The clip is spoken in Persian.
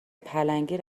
پلنگی